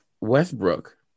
Westbrook